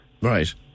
Right